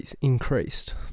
increased